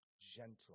gentle